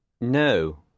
No